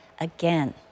again